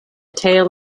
tail